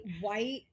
white